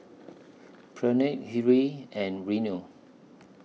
Pranav Hri and Renu